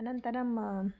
अनन्तरम्